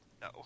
No